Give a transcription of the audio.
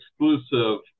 exclusive